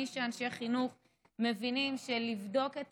מי שהם אנשי חינוך מבינים שלבדוק את